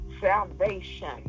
salvation